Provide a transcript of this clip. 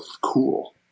cool